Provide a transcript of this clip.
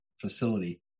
facility